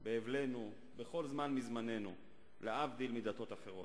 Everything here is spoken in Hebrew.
באבלנו, בכל זמן מזמננו, להבדיל מדתות אחרות.